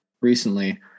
recently